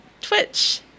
Twitch